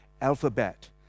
alphabet